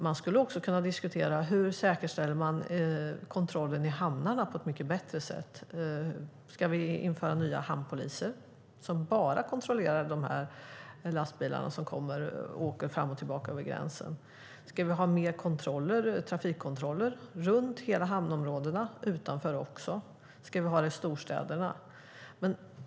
Man skulle också kunna diskutera hur man säkerställer kontrollen i hamnarna på ett mycket bättre sätt. Ska vi införa nya hamnpoliser som bara kontrollerar de här lastbilarna som åker fram och tillbaka över gränsen? Ska vi ha mer trafikkontroller runt hela hamnområdena och även utanför? Ska vi ha det i storstäderna?